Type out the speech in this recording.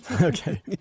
Okay